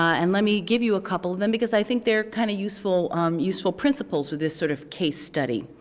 and let me give you a couple of them, because i think they're kind of useful um useful principles with this sort of case study.